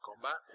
combat